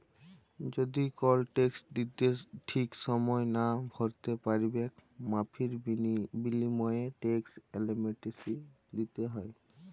যদি কল টেকস ঠিক সময়ে লা ভ্যরতে প্যারবেক মাফীর বিলীময়ে টেকস এমলেসটি দ্যিতে হ্যয়